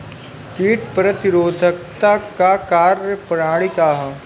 कीट प्रतिरोधकता क कार्य प्रणाली का ह?